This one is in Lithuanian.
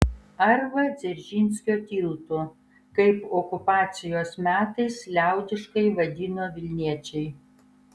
arba dzeržinskio tiltu kaip okupacijos metais liaudiškai vadino vilniečiai